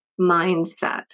mindset